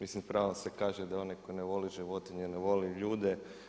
Mislim s pravom se kaže da onaj tko ne voli životinje, ne voli ni ljude.